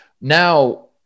now